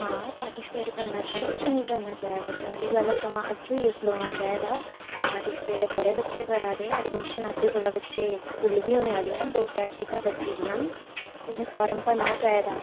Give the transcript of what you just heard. हां पार्टिसिपेट करना चाहिदा की नेईं करना चाहिदा चंगी गल्ल ऐ समां अग्गें होइयै खड़ोना चाहिदा पार्टिसिपेट बड़े बच्चे करा दे एडमिशन अद्धे कोला बच्चे फुल बी होने आह्लियां दो त्रै सीटां बची दियां न तुसें फार्म भरना चाहिदा